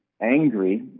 angry